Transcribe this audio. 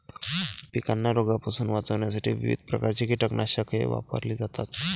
पिकांना रोगांपासून वाचवण्यासाठी विविध प्रकारची कीटकनाशके वापरली जातात